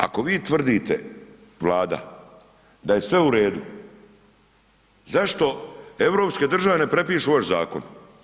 Ako vi tvrdite, Vlada da je sve u redu, zašto europske države ne prepišu vaš zakon?